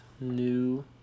new